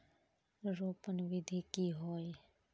रोपण विधि की होय?